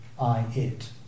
I-it